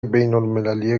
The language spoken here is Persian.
بینالمللی